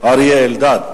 אריה אלדד,